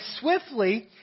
swiftly